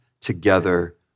together